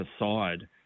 Aside